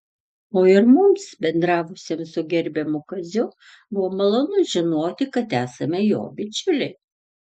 o ir mums bendravusiems su gerbiamu kaziu buvo malonu žinoti kad esame jo bičiuliai